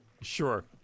Sure